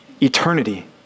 Eternity